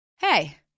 Hey